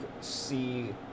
see